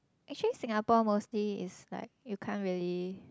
actually Singapore mostly is like you can't really